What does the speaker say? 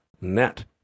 net